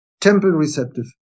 temple-receptive